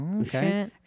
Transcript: Okay